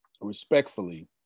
Respectfully